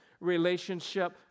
Relationship